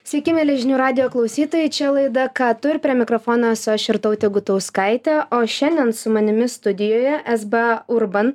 sveiki mieli žinių radijo klausytojai čia laida ką tu ir prie mikrofono esu aš irtautė gutauskaitė o šiandien su manimi studijoje es ba urban